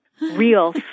real